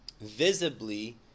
visibly